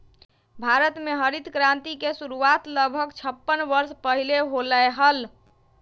भारत में हरित क्रांति के शुरुआत लगभग छप्पन वर्ष पहीले होलय हल